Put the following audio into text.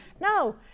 no